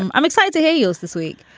i'm i'm excited to hear yours this week.